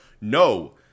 No